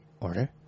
Order